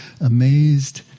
Amazed